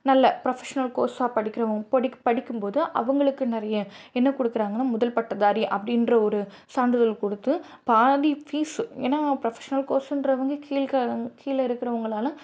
நல்ல ப்ரொஃபெஷ்னல் கோர்ஸ்ஸாக படிக்கிறவங்க படிக் படிக்கும்போது அவங்களுக்கு நிறைய என்ன கொடுக்குறாங்கன்னா முதல் பட்டதாரி அப்படின்ற ஒரு சான்றிதழ் கொடுத்து பாதி ஃபீஸ்ஸு ஏன்னா ப்ரொஃபெஷ்னல் கோர்ஸ்ஸுன்றவங்க கீழ்காரவங்க கீழே இருக்கிறவங்களால